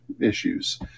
issues